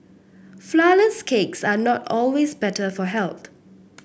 flourless cakes are not always better for health